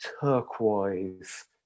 turquoise